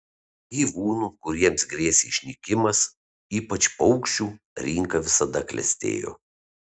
gyvūnų kuriems grėsė išnykimas ypač paukščių rinka visada klestėjo